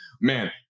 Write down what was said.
man